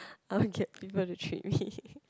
I want get people to treat me